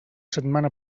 setmana